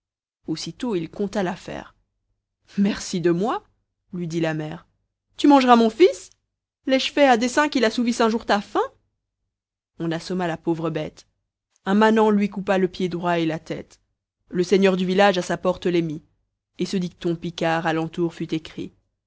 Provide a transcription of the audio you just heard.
aussitôt il conta l'affaire merci de moi lui dit la mère tu mangeras mon fils l'ai-je fait à dessein qu'il assouvisse un jour ta faim on assomma la pauvre bête un manant lui coupa le pied droit et la tête le seigneur du village à sa porte les mit et ce dicton picard alentour fut écrit